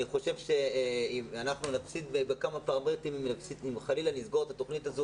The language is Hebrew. אני חושב שאנחנו נפסיד אם חלילה נסגור את התוכנית הזאת,